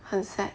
很 sad